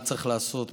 מה צריך לעשות,